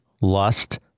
lust